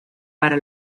para